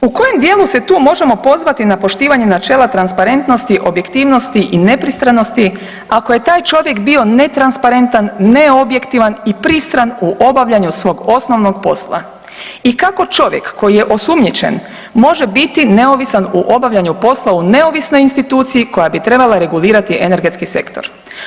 U kojem dijelu se tu možemo pozvati na poštivanje načela transparentnosti, objektivnosti i nepristranosti ako je taj čovjek bio netransparentan, neobjektivan i pristran u obavljanju svog osnovnog posla i kako čovjek koji je osumnjičen može biti neovisan u obavljanju posla u neovisnoj instituciji koja bi trebala regulirati energetski sektor?